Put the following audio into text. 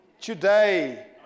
today